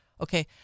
Okay